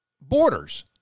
borders